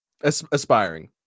Aspiring